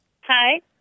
Hi